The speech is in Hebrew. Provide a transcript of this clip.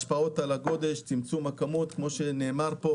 השפעות על הגודש צמצום כמות הרכבים,